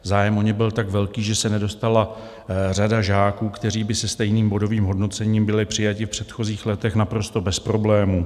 Zájem o ně byl tak velký, že se nedostala řada žáků, kteří by se stejným bodovým hodnocením byli přijati v předchozích letech naprosto bez problémů.